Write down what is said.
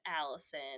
Allison